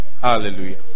hallelujah